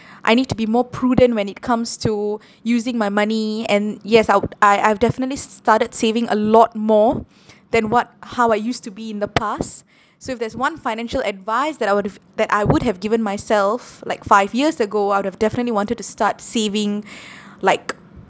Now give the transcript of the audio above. I need to be more prudent when it comes to using my money and yes I would I I've definitely s~ started saving a lot more than what how I used to be in the past so if there's one financial advice that I would've that I would have given myself like five years ago I would definitely wanted to start saving like